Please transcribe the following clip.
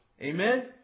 Amen